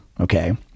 okay